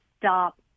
stop